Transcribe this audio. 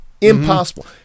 impossible